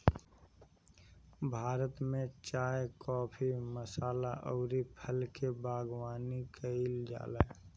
भारत में चाय, काफी, मसाला अउरी फल के बागवानी कईल जाला